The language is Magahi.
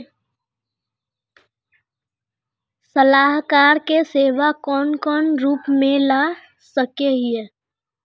सलाहकार के सेवा कौन कौन रूप में ला सके हिये?